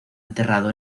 enterrado